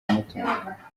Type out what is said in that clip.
ibimutunga